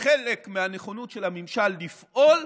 חלק מהנכונות של הממשל לפעול,